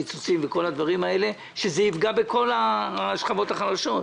הקיצוצים וכל הדברים האלה שיפגעו בכל השכבות החלשות.